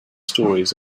stories